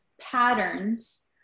patterns